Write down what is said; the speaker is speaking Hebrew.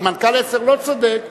שאם מנכ"ל ערוץ-10 לא צודק,